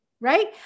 right